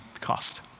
cost